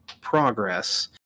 progress